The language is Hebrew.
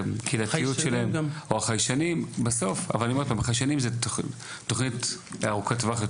החיישנים הם דבר חשוב אבל הם מתייחסים לפתרון בתוכנית ארוכת טווח,